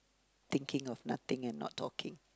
thinking of nothing and not talking